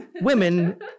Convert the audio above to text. women